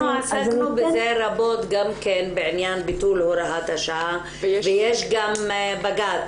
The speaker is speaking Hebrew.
אנחנו עסקנו בזה רבות גם כן בעניין ביטול הוראת השעה ויש בג"צ.